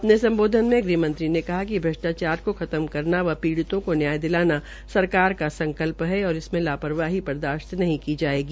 अपने सम्बोधन में गुहमंत्री ने कहा कि भ्रष्टाचार को खत्म करना व पीड़ियों को न्याय दिलाना सरकार का संकल्प् है और इसमें लापरवाही बर्दाशत नहीं की जायेगी